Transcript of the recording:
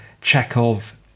Chekhov